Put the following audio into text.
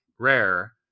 Rare